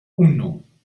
uno